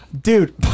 dude